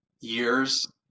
years